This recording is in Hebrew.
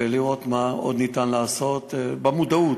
לראות מה עוד אפשר לעשות במודעות,